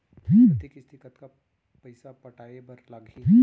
प्रति किस्ती कतका पइसा पटाये बर लागही?